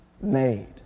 made